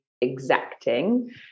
exacting